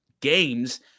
games